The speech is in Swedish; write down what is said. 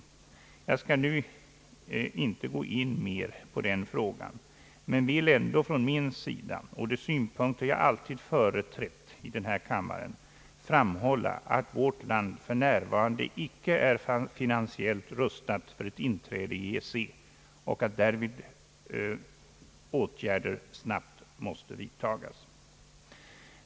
Jag skall inte nu gå in mera på den frågan men vill ändå från min sida och med de synpunkter jag alltid företrätt här i kammaren framhålla att vårt land f. n. inte är finansiellt rustat för ett inträde i EEC och att därvidlag åtgärder snabbt bör vidtagas.